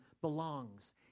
belongs